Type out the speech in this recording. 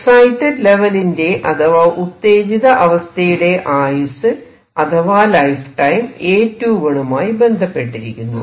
excited ലെവെലിന്റെ അഥവാ ഉത്തേജിത അവസ്ഥയുടെ ആയുസ് അഥവാ ലൈഫ് ടൈം A21 മായി ബന്ധപ്പെട്ടിരിക്കുന്നു